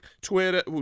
Twitter